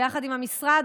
ביחד עם המשרד,